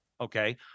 okay